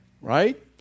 right